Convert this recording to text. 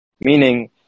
meaning